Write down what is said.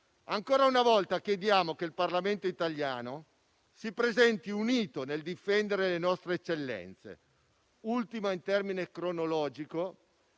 Ancora una volta chiediamo che il Parlamento italiano si presenti unito nel difendere le nostre eccellenze. Ultima, in termine cronologici,